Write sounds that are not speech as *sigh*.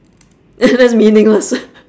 *noise* that's meaningless *noise*